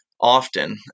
often